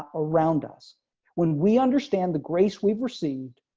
ah around us when we understand the grace. we've received,